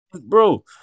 bro